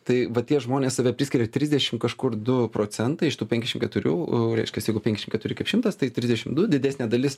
tai va tie žmonės save priskiria trisdešim kažkur du procentai iš tų penkiasdešim keturių reiškiasi jeigu penkiasdešim keturi kaip šimtas tai trisdešim du didesnė dalis